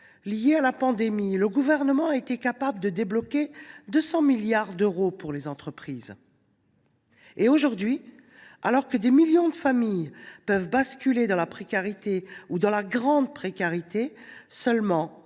née de la pandémie, le Gouvernement a été capable de débloquer 200 milliards d’euros pour les entreprises. Aujourd’hui, alors que des millions de familles peuvent basculer dans la précarité, voire la grande précarité, seulement